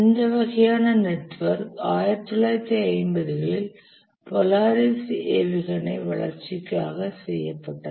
இந்த வகையான நெட்வொர்க் 1950 களில் போலாரிஸ் ஏவுகணை வளர்ச்சிக்காக செய்யப்பட்டது